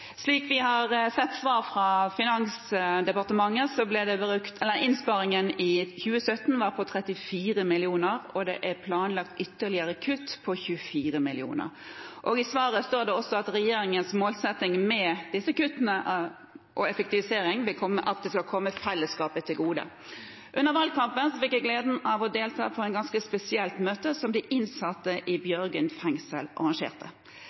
Slik vi har sett av svar fra Finansdepartementet, var innsparingen i 2017 på 34 mill. kr, og det er planlagt ytterligere kutt, på 24 mill. kr. I svaret står det også at regjeringens målsetting med disse kuttene og effektivisering er at det skal komme fellesskapet til gode. Under valgkampen fikk jeg gleden av å delta på et ganske spesielt møte som de innsatte i Bjørgvin fengsel arrangerte.